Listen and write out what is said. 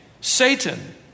Satan